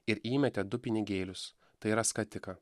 ir įmetė du pinigėlius tai yra skatiką